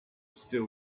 still